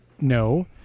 No